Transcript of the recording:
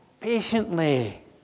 patiently